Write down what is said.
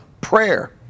prayer